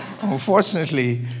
unfortunately